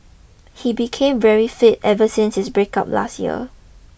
he became very fit ever since his breakup last year